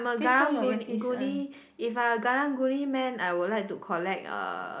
Karang-Guni if I'm a Karang-Guni man I would like to collect uh